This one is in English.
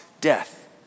death